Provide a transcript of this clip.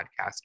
podcast